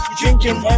drinking